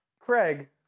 Craig